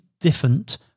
different